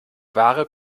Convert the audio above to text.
ware